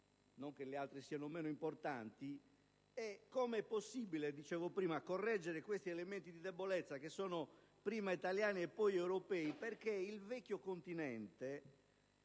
non che le altre siano meno importanti - è come sia possibile, come dicevo prima, correggere tutti questi elementi di debolezza, che sono prima italiani e poi europei, perché il vecchio continente